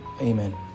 Amen